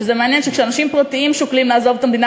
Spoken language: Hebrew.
שזה מעניין שכשאנשים פרטיים שוקלים לעזוב את המדינה